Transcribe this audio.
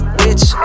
bitch